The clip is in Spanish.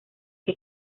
que